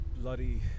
bloody